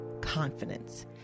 confidence